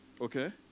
Okay